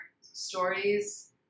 stories